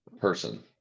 person